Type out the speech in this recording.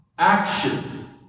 Action